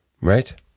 Right